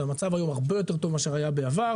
המצב היום הרבה יותר טוב מאשר המצב שהיה בעבר.